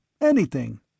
Anything